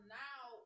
now